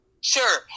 sure